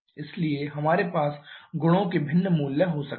इसलिए हमारे पास गुणों के भिन्न मूल्य हो सकते हैं